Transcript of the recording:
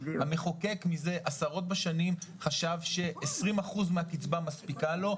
המחוקק מזה עשרות בשנים חשב ש-20% מהקצבה מספיקה לו,